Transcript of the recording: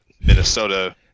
Minnesota